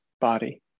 body